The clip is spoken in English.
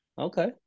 Okay